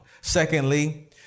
Secondly